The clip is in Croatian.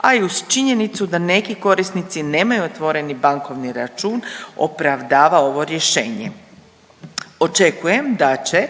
a i uz činjenicu da neki korisnici nemaju otvoren bankovni račun opravdava ovo rješenje. Očekujem da će